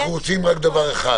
אנחנו רוצים רק דבר אחד.